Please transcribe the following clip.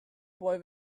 boy